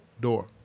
door